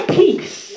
peace